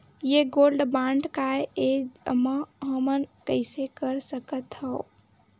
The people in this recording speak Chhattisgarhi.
ये गोल्ड बांड काय ए एमा हमन कइसे कर सकत हव?